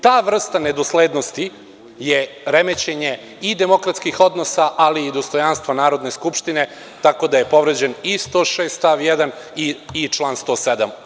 Ta vrsta nedoslednosti je remećenje i demokratskih odnosa, ali i dostojanstva Narodne skupštine, tako da je povređen i član 106. stav 1. i član 107.